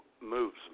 moves